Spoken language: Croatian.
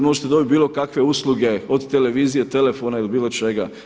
Možete dobiti bilo kakve usluge od televizije, telefona ili bilo čega.